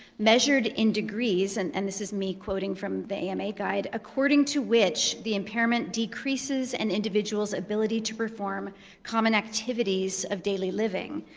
measured in degrees and and this is me quoting from the ama guide according to which the impairment decreases an individual's ability to perform common activities of daily living.